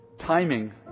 timing